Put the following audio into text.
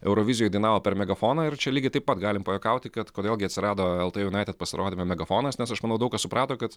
eurovizijoj dainavo per megafoną ir čia lygiai taip pat galim pajuokauti kad kodėl gi atsirado lt junaitet pasirodyme megafonas nes aš manau daug kas suprato kad